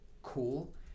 Cool